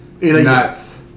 Nuts